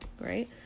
right